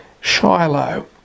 Shiloh